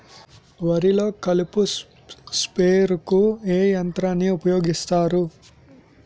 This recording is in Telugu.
వరిలో కలుపు స్ప్రేకు ఏ యంత్రాన్ని ఊపాయోగిస్తారు?